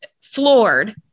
floored